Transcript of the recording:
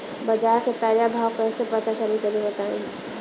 बाजार के ताजा भाव कैसे पता चली तनी बताई?